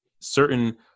certain